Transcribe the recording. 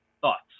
thoughts